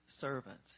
servants